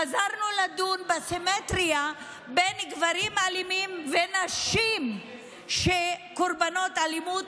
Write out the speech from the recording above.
חזרנו לדון בסימטריה בין גברים אלימים ונשים קורבנות אלימות,